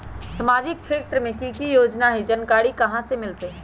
सामाजिक क्षेत्र मे कि की योजना है जानकारी कहाँ से मिलतै?